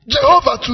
Jehovah